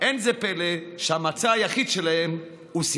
אין זה פלא שהמצע היחיד שלהם הוא שנאה.